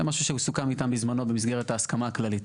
זה משהו שסוכם איתם בזמנו במסגרת ההסכמה הכללית